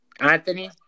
Anthony